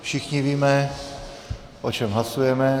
Všichni víme, o čem hlasujeme.